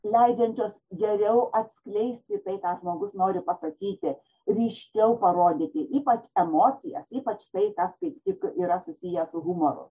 leidžiančios geriau atskleisti tai ką žmogus nori pasakyti ryškiau parodyti ypač emocijas ypač tai kas kaip tik yra susiję su humoru